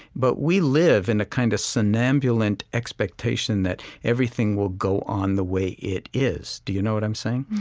but we live in a kind of somnambulant expectation that everything will go on the way it is. do you know what i'm saying?